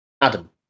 Adam